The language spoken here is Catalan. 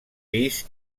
pis